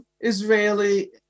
Israeli